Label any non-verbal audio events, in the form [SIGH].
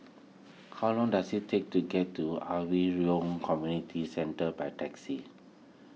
how long does it take to get to [UNINTELLIGIBLE] Yoh Community Centre by taxi